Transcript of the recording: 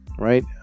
Right